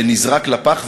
נזרק לפח,